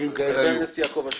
חבר הכנסת יעקב אשר,